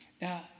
Now